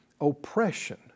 oppression